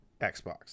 Xbox